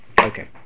Okay